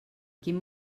quin